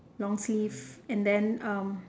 long sleeve and than um